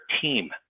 team